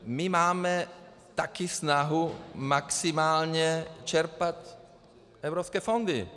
My máme také snahu maximálně čerpat evropské fondy.